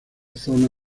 zona